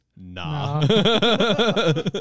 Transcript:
nah